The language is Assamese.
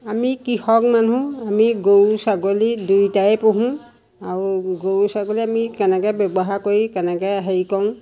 আমি কৃষক মানুহ আমি গৰু ছাগলী দুয়োটাই পুহোঁ আৰু গৰু ছাগলী আমি কেনেকৈ ব্যৱহাৰ কৰি কেনেকৈ হেৰি কৰোঁ